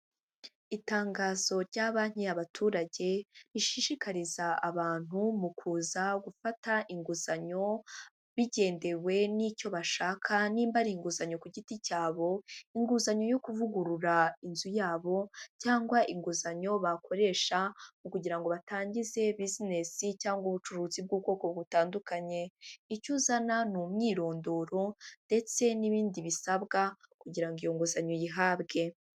Itangazo rya banki y'abaturage rishishikariza abantu mu kuza gufata inguzanyo, bigendewe n'icyo bashaka nimba ari inguzanyo ku giti cyabo, inguzanyo yo kuvugurura inzu yabo cyangwa inguzanyo bakoresha kugira ngo batangize businesi cyangwa ubucuruzi bw'ubwoko butandukanye, icyo uzana ni umwirondoro ndetse n'ibindi bisabwa kugira ngo iyo nguzanyo uyihabwe.